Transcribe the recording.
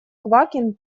квакин